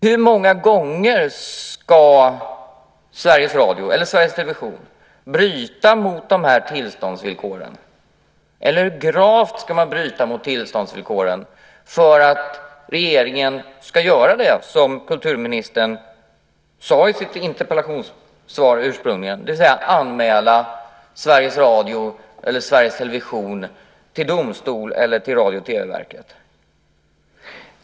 Hur många gånger ska Sveriges Radio eller Sveriges Television bryta mot tillståndsvillkoren, eller hur gravt ska man bryta mot tillståndsvillkoren för att regeringen ska göra det som kulturministern sade i sitt interpellationssvar, det vill säga anmäla Sveriges Radio eller Sveriges Television till domstol eller till Radio och TV-verket?